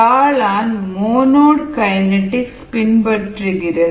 காளான் Monod kinetics பின்பற்றுகிறது